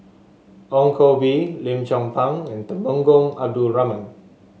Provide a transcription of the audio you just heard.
Ong Koh Bee Lim Chong Pang and Temenggong Abdul Rahman